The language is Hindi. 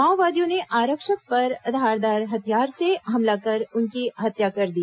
माओवादियों ने आरक्षक पर धारदार हथियार से हमला कर उनकी हत्या कर दी